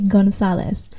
Gonzalez